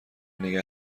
نگه